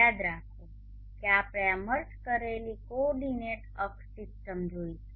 યાદ કરો કે આપણે આ મર્જ કરેલી કોઓર્ડિનેંટ અક્ષ સિસ્ટમ જોઇ છે